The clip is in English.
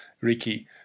Ricky